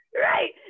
Right